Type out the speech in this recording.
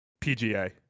PGA